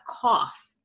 cough